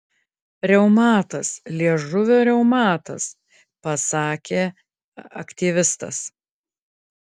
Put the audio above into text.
reumatas liežuvio reumatas pasakė aktyvistas